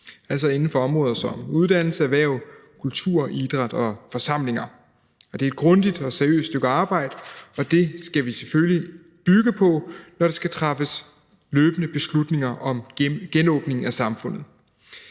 altså inden for områder som uddannelse, erhverv, kultur, idræt og forsamlinger. Det er et grundigt og seriøst stykke arbejde, og det skal vi selvfølgelig bygge på, når der løbende skal træffes beslutninger om genåbning af samfundet.